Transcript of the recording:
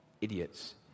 idiots